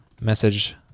message